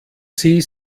sie